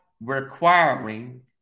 requiring